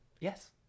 yes